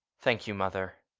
thank you, mother.